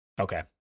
Okay